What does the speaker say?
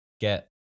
get